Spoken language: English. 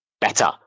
better